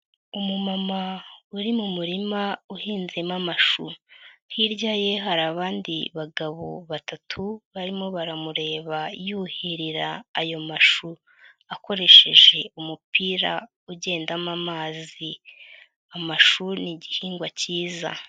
Umumama uri mu murima uhinzemo amashu, hirya ye hari abandi bagabo batatu, barimo baramureba yuhirira ayo mashu akoresheje umupira ugendamo amazi. Amashu ni igihingwa cyiza.